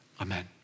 Amen